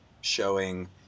showing